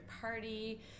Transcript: party